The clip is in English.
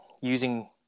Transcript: using